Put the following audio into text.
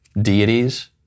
deities